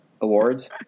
awards